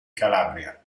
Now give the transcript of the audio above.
calabria